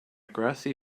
grassy